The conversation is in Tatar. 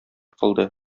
кылды